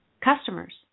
customers